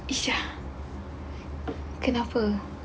isha kenapa